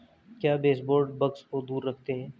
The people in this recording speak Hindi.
क्या बेसबोर्ड बग्स को दूर रखते हैं?